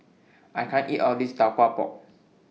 I can't eat All of This Tau Kwa Pau